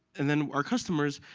and then our customers,